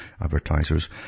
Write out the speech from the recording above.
advertisers